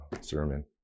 sermon